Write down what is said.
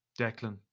Declan